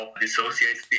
dissociates